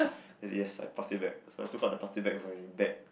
yes I've plastic bag so I took out the plastic bag from my bag